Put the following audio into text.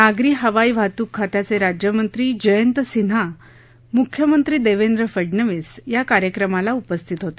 नागरी हवाई वाहतूक खात्याचे राज्यमंत्री जयंत सिन्हाही मुख्यमंत्री देवेंद्र फडनवीस या कार्यक्रमाला उपस्थित होत